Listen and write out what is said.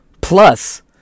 Plus